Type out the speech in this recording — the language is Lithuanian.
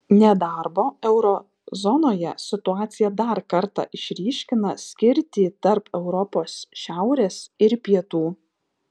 nedarbo euro zonoje situacija dar kartą išryškina skirtį tarp europos šiaurės ir pietų